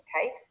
okay